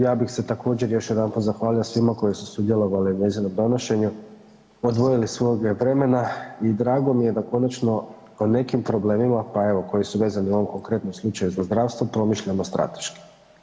Ja bih se također još jedanput zahvalio svima koji su sudjelovali u njezinom donošenju, odvojili svoj dio vremena i drago mi je da konačno o nekim problemima pa evo koji su vezani u ovom konkretnom slučaju za zdravstvo promišljamo strateški.